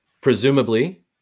Presumably